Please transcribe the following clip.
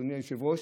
אדוני היושב-ראש,